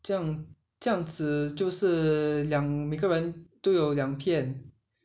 这样这样子就是两个人都有两片